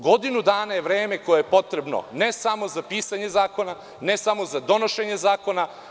Godinu dana je vreme koje je potrebno, ne samo za pisanje zakona, ne samo za donošenje zakona.